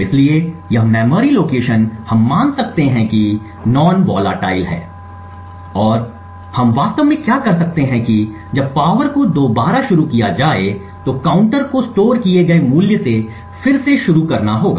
इसलिए यह memory location हम मान सकते हैं कि यह नॉन वोलेटाइल है और हम वास्तव में क्या कर सकते हैं कि जब पावर को दोबारा शुरू किया जाए तो काउंटर को स्टोर किए गए मूल्य से फिर से शुरू करना होगा